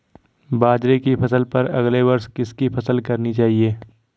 बाजरे की फसल पर अगले वर्ष किसकी फसल करनी चाहिए?